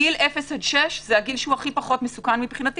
גיל 0 עד 6 זה הגיל שהוא הכי פחות מסוכן מבחינתי,